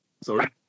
Sorry